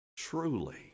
Truly